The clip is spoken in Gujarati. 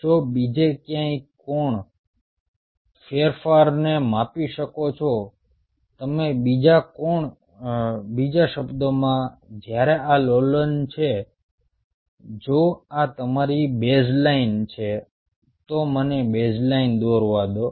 જો બીજે ક્યાંક કોણમાં ફેરફારને માપી શકો છો તમે બીજા શબ્દમાં જ્યારે આ લોલન છે જો આ તમારી બેઝ લાઇન છે તો મને બેઝલાઇન દોરવા દો